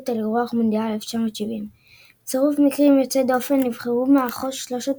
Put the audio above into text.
על אירוח מונדיאל 1970. בצירוף מקרים יוצא דופן נבחרו מארחות שלושת